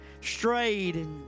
strayed